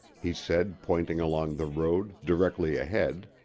he said, pointing along the road, directly ahead.